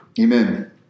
Amen